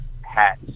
hats